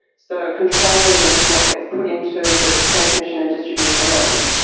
so controlling what gets put into the transmission and distribution lines,